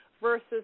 versus